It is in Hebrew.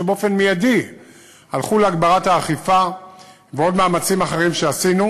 שהלכו מייד להגברת האכיפה ולעוד מאמצים אחרים שעשינו.